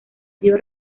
dio